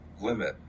limit